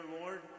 Lord